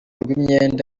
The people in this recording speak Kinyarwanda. rw’imyenda